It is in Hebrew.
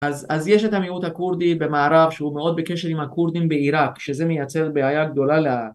אז יש את המיעוט הכורדי במערב שהוא מאוד בקשר עם הכורדים בעיראק, שזה מייצר בעיה גדולה ל